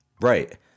Right